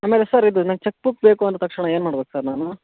ಆಮೇಲೆ ಸರ್ ಇದು ನಂಗೆ ಚಕ್ ಬುಕ್ ಬೇಕು ಅಂದ ತಕ್ಷಣ ಏನು ಮಾಡ್ಬೇಕು ಸರ್ ನಾನು